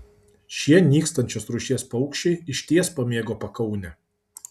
šie nykstančios rūšies paukščiai išties pamėgo pakaunę